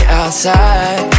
outside